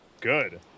Good